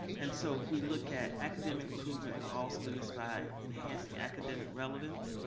and so if we look at academic improvement for all students by enhancing academic relevance,